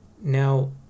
now